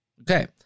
Okay